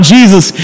Jesus